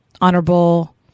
honorable